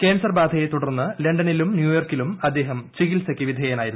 cancer ബാധയെ തുടർന്ന് ലണ്ടനിലും ന്യൂയോർക്കിലും അദ്ദേഹം ചികിത്സയ്ക്ക് വിധേയനായിരുന്നു